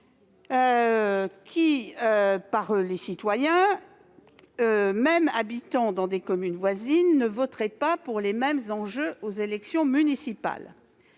lisible. Les citoyens, même ceux qui habitent dans des communes voisines, ne voteraient pas pour les mêmes enjeux aux élections municipales.